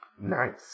Nice